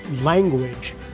language